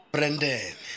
Brendan